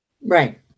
Right